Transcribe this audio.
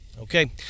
Okay